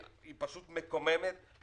זאת דרישה מקוממת.